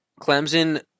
Clemson